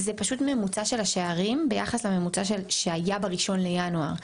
זה פשוט ממוצע של השערים ביחס לממוצע שהיה ב-1 בינואר.